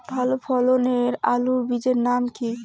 ভালো ফলনের আলুর বীজের নাম কি?